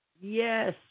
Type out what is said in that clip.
Yes